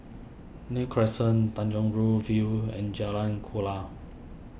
Nim Crescent Tanjong Rhu View and Jalan Kuala